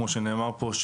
כמו שנאמר פה,